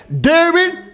David